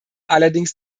allerdings